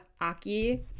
aki